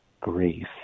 grief